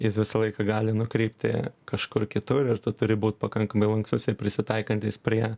jis visą laiką gali nukreipti kažkur kitur ir tu turi būt pakankamai lankstus prisitaikantis prie